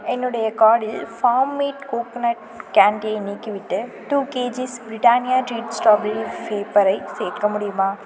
என்னுடைய கார்ட்டில் farm made coconut கேண்டியை நீக்கிவிட்டு two kgs Britannia treat strawberry வேஃபரை சேர்க்க முடியுமா